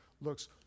looks